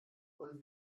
und